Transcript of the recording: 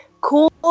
cool